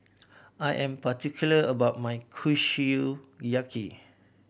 I am particular about my Kushiyaki